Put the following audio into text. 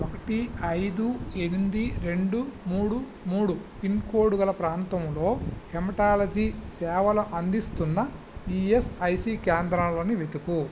ఒకటి ఐదు ఎనిమిది రెండు మూడు మూడు పిన్కోడ్ గల ప్రాంతంలో హెమటాలజీ సేవలు అందిస్తున్న ఈఎస్ఐసి కేంద్రాలను వెతుకు